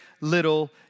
little